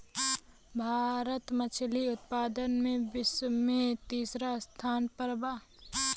भारत मछली उतपादन में विश्व में तिसरा स्थान पर बा